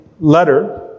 letter